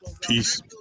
Peace